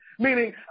Meaning